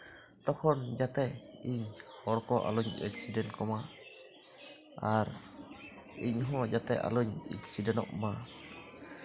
ᱛᱚᱠᱷᱚᱱ ᱡᱟᱛᱮ ᱤᱧ ᱦᱚᱲ ᱠᱚ ᱟᱞᱚᱧ ᱮᱠᱥᱤᱰᱮᱱᱴ ᱠᱚᱢᱟ ᱟᱨ ᱤᱧᱦᱚᱸ ᱡᱟᱛᱮ ᱟᱞᱚᱧ ᱮᱠᱥᱤᱰᱮᱱᱴᱱᱚᱜ ᱢᱟ